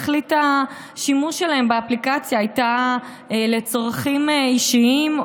שתכלית השימוש שלהם באפליקציה הייתה לצרכים אישיים,